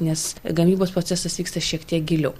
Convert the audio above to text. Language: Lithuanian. nes gamybos procesas vyksta šiek tiek giliau